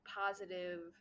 positive